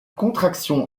contraction